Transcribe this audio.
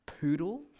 Poodle